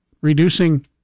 reducing